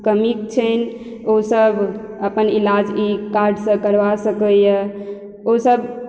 कमी छनि ओ सब अपन इलाज ई कार्डसँ करबा सकइए ओ सब